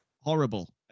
horrible